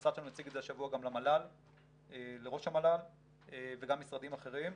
המשרד שלנו יציג את זה השבוע גם לראש המל"ל וגם משרדים אחרים.